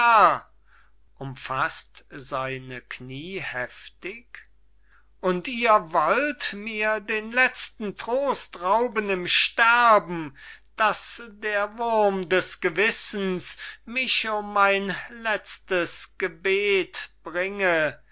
und ihr wollt mir den letzten trost rauben im sterben daß der wurm des gewissens mich um mein letztes gebet bringe